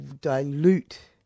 dilute